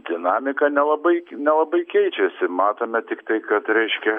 dinamika nelabai nelabai keičiasi matome tiktai kad reiškia